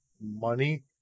money